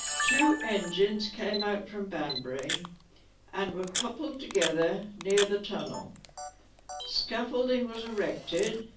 two engines came out from banbury and were coupled together near the tunnel scaffolding was erected,